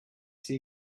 sea